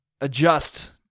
adjust